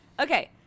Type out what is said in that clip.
okay